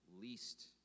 least